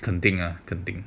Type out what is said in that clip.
肯定 ah 肯定